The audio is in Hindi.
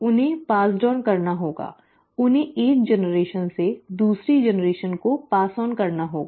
उन्हें पारित करना होगा उन्हें एक पीढ़ी से दूसरी पीढ़ी को पारित करना होगा